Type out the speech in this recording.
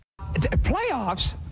Playoffs